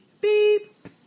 Beep